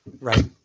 Right